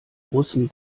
russen